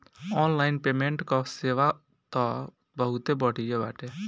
online payment कअ सेवा तअ बहुते बढ़िया बाटे